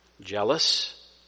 jealous